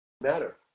matter